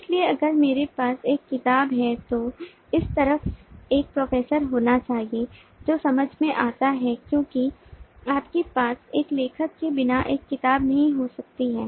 इसलिए अगर मेरे पास एक किताब है तो इस तरफ एक प्रोफेसर होना चाहिए जो समझ में आता है क्योंकि आपके पास एक लेखक के बिना एक किताब नहीं हो सकती है